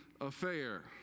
affair